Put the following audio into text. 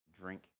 drink